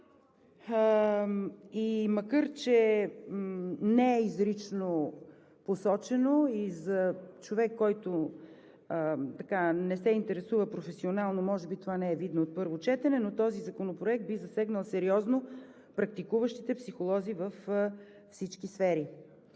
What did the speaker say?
и макар че не е изрично посочено и за човек, който не се интересува професионално, може би това не е видно от първо четене, но този законопроект би засегнал сериозно практикуващите психолози във всички сфери